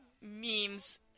memes